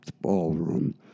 Ballroom